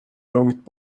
lugnt